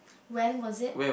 when was it